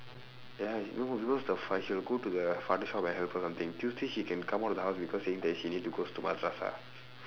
ya no because the fa~ she will go to the father's shop and help or something tuesday she can come out of the house because they think she need to goes to bras-basah